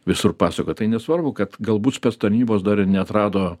visur pasakoja tai nesvarbu kad galbūt spec tarnybos dar ir neatrado